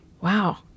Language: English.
Wow